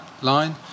line